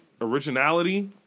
originality